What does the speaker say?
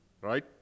right